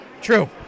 True